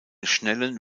schnellen